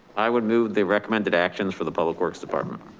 i will move the recommended actions for the public works department.